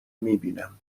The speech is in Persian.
میبینم